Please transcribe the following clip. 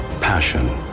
Passion